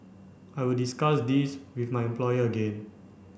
I will discuss this with my employer again